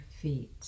feet